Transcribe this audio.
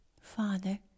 Father